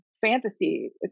fantasy